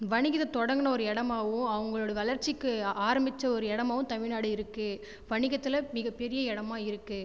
வணிகத் தொடங்கின ஒரு இடமாவோ அவங்களோட வளர்ச்சிக்கு ஆரபிச்ச ஒரு இடமாவும் தமிழ்நாடு இருக்குது வணிகத்தில் மிகப்பெரிய இடமாக இருக்குது